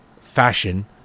fashion